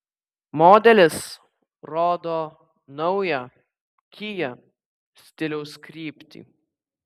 modelis rodo naują kia stiliaus kryptį